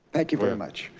thank you very much,